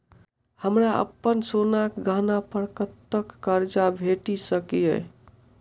हमरा अप्पन सोनाक गहना पड़ कतऽ करजा भेटि सकैये?